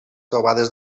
trobades